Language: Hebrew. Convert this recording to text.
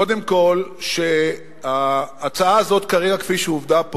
קודם כול, שההצעה הזו, כרגע, כפי שהובאה פה,